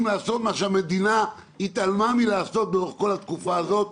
לעשות את מה שהמדינה התעלמה מלעשות לאורך כל התקופה הזאת,